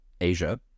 Asia